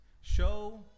show